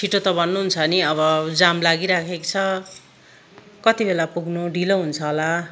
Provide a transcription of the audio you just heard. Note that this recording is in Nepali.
छिटो त भन्नुहुन्छ नि अब जाम लागिराखेक्छको छ कतिबेला पुग्नु ढिलो हुन्छ होला